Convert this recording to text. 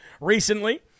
recently